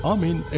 Amen